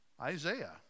Isaiah